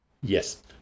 Yes